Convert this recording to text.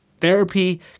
Therapy